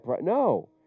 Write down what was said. No